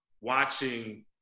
Watching